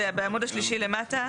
זה בעמוד השלישי למטה.